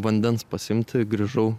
vandens pasiimti grįžau